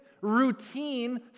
routine